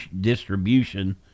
distribution